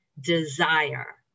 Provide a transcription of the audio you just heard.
desire